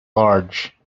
large